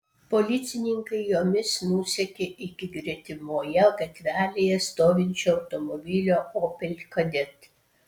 policininkai jomis nusekė iki gretimoje gatvelėje stovinčio automobilio opel kadett